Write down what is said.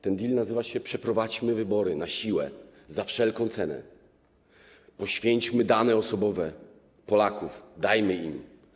Ten deal nazywa się: przeprowadźmy wybory na siłę, za wszelką cenę, poświęćmy dane osobowe Polaków, dajmy im.